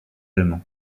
allemand